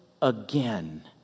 Again